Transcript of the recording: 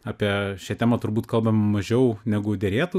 apie šią temą turbūt kalbam mažiau negu derėtų